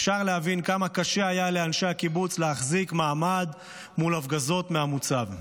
אפשר להבין כמה קשה היה לאנשי הקיבוץ להחזיק מעמד מול הפגזות מהמוצב.